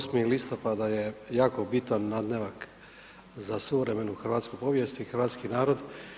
8. listopada je jako bitan nadnevak za suvremenu hrvatsku povijest i hrvatski narod.